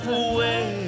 away